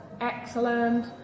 excellent